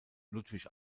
ludwig